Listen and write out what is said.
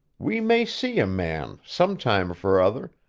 we may see a man, some time for other,